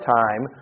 time